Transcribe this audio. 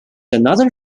another